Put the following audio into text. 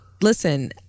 Listen